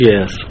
Yes